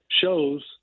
shows